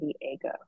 Diego